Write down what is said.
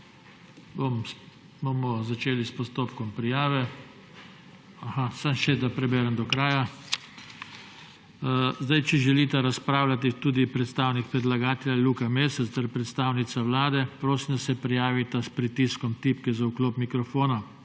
kraja. Če želita razpravljati tudi predstavnik predlagatelja Luka Mesec ter predstavnica Vlade, prosim, da se prijavita s pritiskom tipke za vklop mikrofona.